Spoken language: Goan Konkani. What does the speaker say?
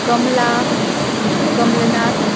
कमला कमलनाथ